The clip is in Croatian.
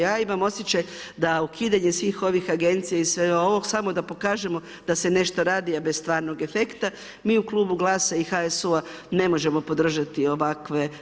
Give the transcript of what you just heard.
Ja imam osjećaj da ukidanje svih ovih agencija i svega ovoga, samo da pokažemo da se nešto radi, a bez stvarnog efekta, mi u Klubu GLAS-a i HSU-a ne možemo podržati ovakve.